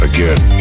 Again